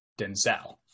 denzel